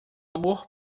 amor